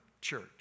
church